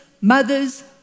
mothers